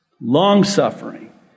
long-suffering